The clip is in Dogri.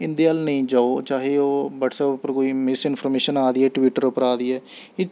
इं'दे अल्ल नेईं जाओ चाहे ओह् ब्हटसैप उप्पर कोई मिस इंफर्मेशन आ दी ऐ ट्वीटर उप्पर आ दी ऐ एह्